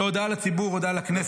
לא, הודעה לציבור, הודעה לכנסת.